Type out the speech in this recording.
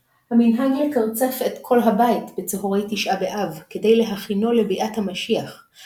ישנם מנהגים רבים שהשתרשו בקהילות ישראל זכר לחורבן בית המקדש.